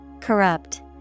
Corrupt